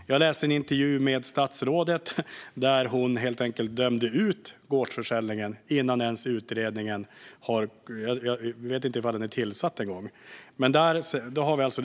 Jag läste en intervju med statsrådet där hon dömde ut gårdsförsäljningen innan utredningen ens är klar - jag vet inte ens om den är tillsatt.